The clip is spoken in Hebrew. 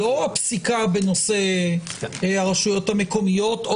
לא הפסיקה בנושא הרשויות המקומיות או